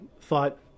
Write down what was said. thought